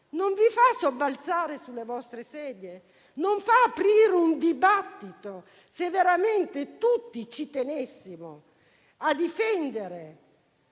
Non vi fa sobbalzare sulle vostre sedie? Non fa aprire un dibattito, se veramente tutti ci tenessimo a difendere